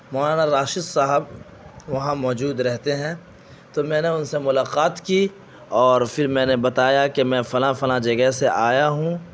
مولانا راشد صاحب وہاں موجود رہتے ہیں تو میں نے ان سے ملاقات کی اور پھر میں نے بتایا کہ میں فلاں فلاں جگہ سے آیا ہوں